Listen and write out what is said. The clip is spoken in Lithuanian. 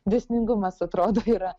dėsningumas atrodo yra